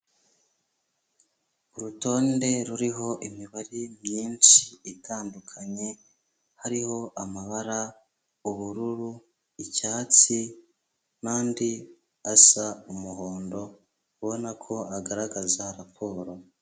Urutonde ruriho imibare myinshi itandukanye, hariho amabara: ubururu, icyatsi n'andi asa umuhondo ubona ko agaragaza raporo.